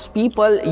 people